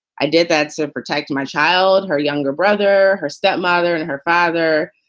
i did that to protect my child, her younger brother, her step mother and her father.